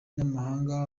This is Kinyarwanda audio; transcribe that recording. n’amahanga